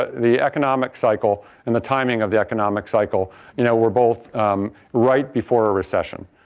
ah the economic cycle and the timing of the economic cycle you know were both right before a recession.